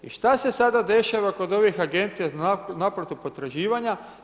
I šta se sada dešava kod ovih agencija za naplatu potraživanja?